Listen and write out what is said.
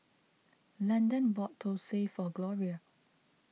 Landan bought Thosai for Gloria